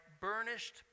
burnished